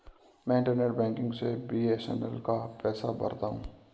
मैं internet banking से BSNL का पैसा भरता हूं